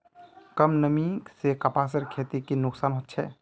कम नमी से कपासेर खेतीत की की नुकसान छे?